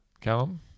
Callum